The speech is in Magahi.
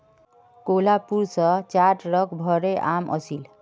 कोहलापुर स चार ट्रक भोरे आम ओसील